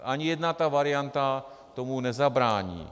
Ani jedna ta varianta tomu nezabrání.